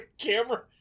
camera